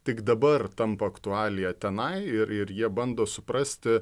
tik dabar tampa aktualija tenai ir ir jie bando suprasti